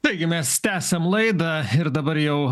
taigi mes tęsiam laidą ir dabar jau